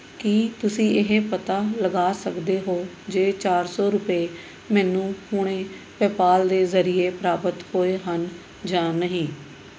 ਕੀ ਤੁਸੀਂਂ ਇਹ ਪਤਾ ਲਗਾ ਸਕਦੇ ਹੋ ਜੇ ਚਾਰ ਸੌ ਰੁਪਏ ਮੈਨੂੰ ਹੁਣੇ ਪੈਪਾਲ ਦੇ ਜ਼ਰੀਏ ਪ੍ਰਾਪਤ ਹੋਏ ਹਨ ਜਾਂ ਨਹੀਂ